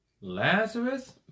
Lazarus